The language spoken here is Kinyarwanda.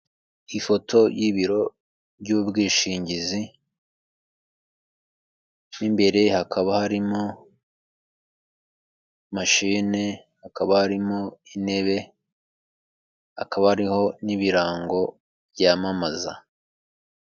Ifoto y'ibiro by'ubwishingizi. Imbere hakaba harimo mashine, hakaba arimo intebe, hakaba ariho n'ibirango byamamaza.